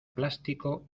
plástico